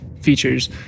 features